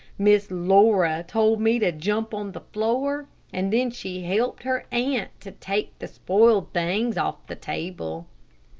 miss laura told me to jump on the floor, and then she helped her aunt to take the spoiled things off the table.